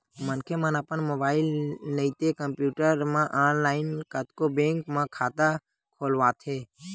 मनखे मन अपन मोबाईल नइते कम्प्यूटर म ऑनलाईन कतको बेंक म खाता खोलवाथे